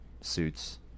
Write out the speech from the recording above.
suits